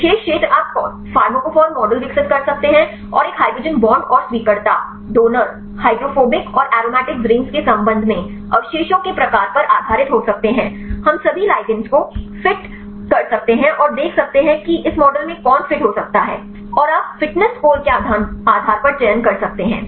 विशेष क्षेत्र आप pharmacophore model विकसित कर सकते हैं और एक हाइड्रोजन बांड और स्वीकर्ता डोनर हाइड्रोफोबिक और एरोमेटिक रिंग्स के संबंध में अवशेषों के प्रकार पर आधारित हो सकते हैं हम सभी लिगेंड को फिट कर सकते हैं और देख सकते हैं कि इस मॉडल में कौन फिट हो सकता है और आप फिटनेस स्कोर के आधार पर चयन कर सकते हैं